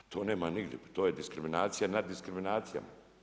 To nema nigdje, pa to je diskriminacija, nad diskriminacijom.